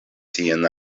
sian